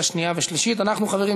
29 תומכים,